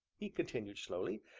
he continued slowly,